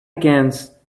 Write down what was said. against